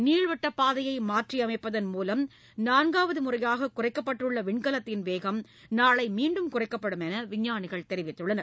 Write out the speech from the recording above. நீள்வட்டப் பாதையை மாற்றியமைப்பதன் மூலம் நான்காவது முறையாக குறைக்கப்பட்டுள்ள விண்கலத்தின் வேகம் நாளை மீண்டும் குறைக்கப்படும் என விஞ்ஞானிகள் தெரிவித்துள்ளனர்